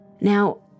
Now